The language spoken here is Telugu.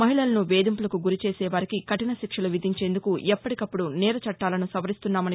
మహిళలను వేధింపులకు గురిచేసేవారిని కఠిన శిక్షలు విధించేందుకు ఎప్పటికప్పుడు నేర చట్టాలను సవరిస్తున్నామన్నారు